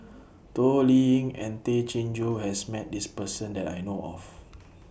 Toh Liying and Tay Chin Joo has Met This Person that I know of